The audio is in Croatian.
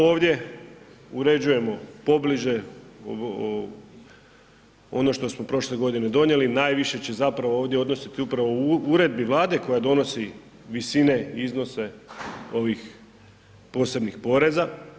Ovdje uređujemo pobliže ono što smo prošle godine donijeli, najviše će zapravo ovdje ovisiti upravo o uredbi Vlade koja donosi visine, iznose ovih posebnih poreza.